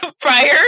prior